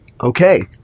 okay